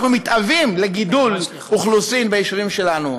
אנחנו מתאווים לגידול אוכלוסין ביישובים שלנו.